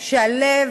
שהלב,